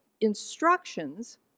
instructions